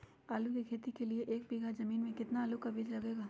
आलू की खेती के लिए एक बीघा जमीन में कितना आलू का बीज लगेगा?